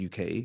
UK